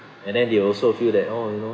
and then they'll also feel that oh you know